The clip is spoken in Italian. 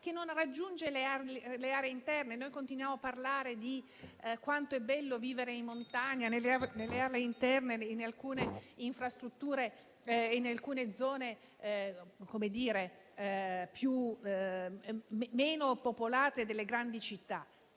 non raggiunge le aree interne. Continuiamo a parlare di quanto sia bello vivere in montagna, nelle aree interne e in alcune zone meno popolate delle grandi città.